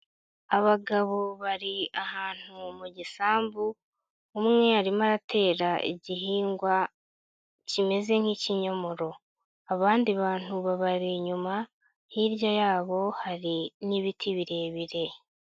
Abagabo bari ahantu mu gisambu, umwe arimo atera igihingwa kimeze nk'ikinyomoro. Abandi bantu babari inyuma, hirya yabo hari n'ibiti birebire.